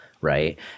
right